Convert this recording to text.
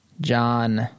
John